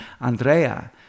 Andrea